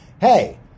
Hey